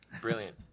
Brilliant